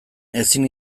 ezin